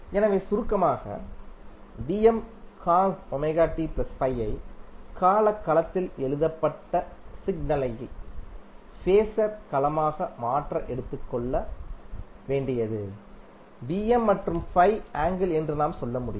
எனவே சுருக்கமாக ஐ கால களத்தில் எழுதப்பட்டசிக்னல்யைஃபேஸர் களமாக மாற்ற எடுத்துக்கொள் வேண்டியது மற்றும் ஆங்கிள் என்று நாம் சொல்லமுடியும்